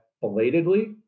belatedly